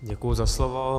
Děkuji za slovo.